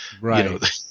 Right